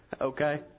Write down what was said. Okay